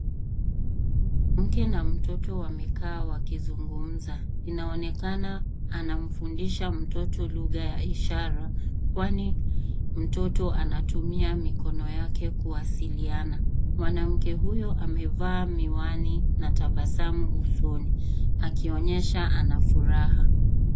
Mke na mtoto wamekaa wakizungumza. Inaonekana anamfundisha mtoto lugha ya ishara, kwani mtoto anatumia mikono wake kuwasiliana. Mwanamke huyo amevaa miwani na tabasamu usoni akionyesha ana furaha